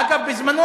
אגב,